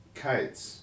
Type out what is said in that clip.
kites